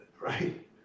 right